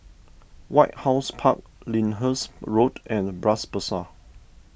White House Park Lyndhurst Road and Bras Basah